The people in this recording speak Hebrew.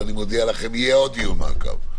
אני מודיע לכם שיהיה עוד דיון מעקב,